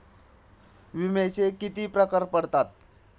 विम्याचे किती प्रकार पडतात?